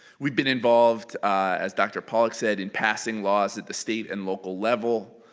we've been involved as dr. pollack said in passing laws at the state and local level,